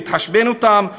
להתחשבן אתם,